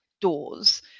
doors